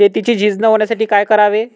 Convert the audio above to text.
शेतीची झीज न होण्यासाठी काय करावे?